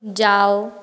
जाओ